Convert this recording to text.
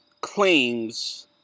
claims